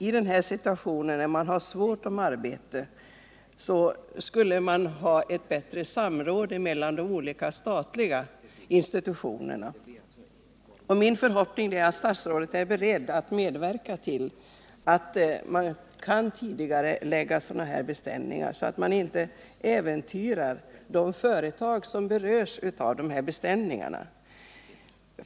I den här situationen med sysselsättningssvårigheter borde man ha ett bättre samråd mellan de olika statliga institutionerna. Min förhoppning är att statsrådet är beredd att medverka till att man kan tidigarelägga sådana beställningar som det här gäller, så att man inte äventyrar existensen för de företag som berörs av dessa.